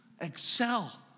Excel